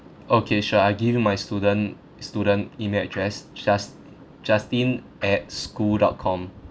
okay sure I give you my student student email address just justin at school dot com